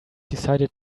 decided